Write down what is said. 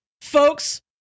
folks